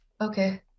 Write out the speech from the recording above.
Okay